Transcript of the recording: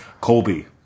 Colby